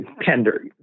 Tender